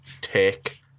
take